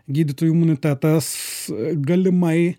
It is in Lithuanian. gydytojų imunitetas galimai